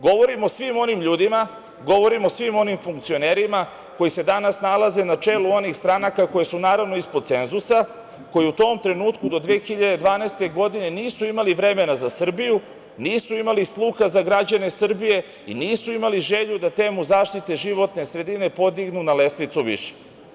Govorim o svim onim ljudima, govorim o svim onim funkcionerima koji se danas nalaze na čelu onih stranaka, koje su naravno, ispod cenzusa, koji u tom trenutku do 2012. godine, nisu imali vremena za Srbiju, nisu imali sluha za građane Srbije i nisu imali želju da temu zaštite životne sredine podignu na lestvicu više.